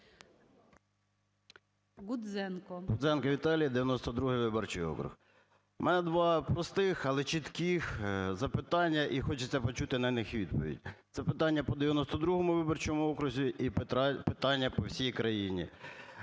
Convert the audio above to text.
Гудзенко Віталій, 92 виборчий округ. У мене два простих, але чітких запитання, і хочеться почути на них відповідь. Це питання по 92 виборчому окрузі і питання по всій країні.